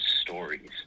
stories